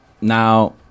Now